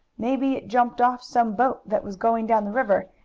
maybe it jumped off some boat that was going down the river,